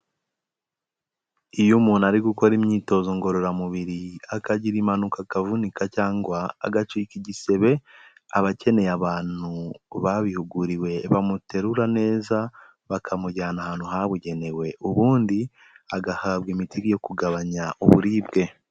Iyo umuntu ari gukora imyitozo ngororamubiri akagira impanuka akavunika cyangwa agacika igisebe, aba akeneye abantu babihuguriwe bamuterura neza bakamujyana ahantu habugenewe, ubundi agahabwa imiti yo kugabanya uburibwe.